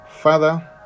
Father